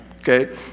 Okay